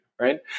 right